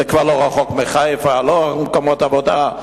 זה כבר לא רחוק מחיפה, לא רחוק ממקומות עבודה.